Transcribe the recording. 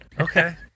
Okay